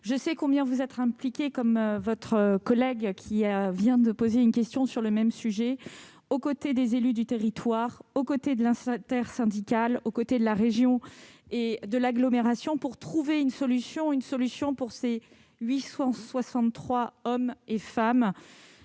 je sais combien vous êtes impliquée, comme votre collègue qui vient de poser une question sur le même sujet, aux côtés des élus du territoire, aux côtés de l'intersyndicale, aux côtés de la région et de l'agglomération, pour trouver une solution pour ces 863 hommes et femmes,